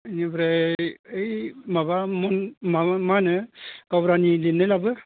बेनिफ्राय ओइ माबामोन माबा मा होनो गावबुरानि लिरनाय लाबो